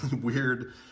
weird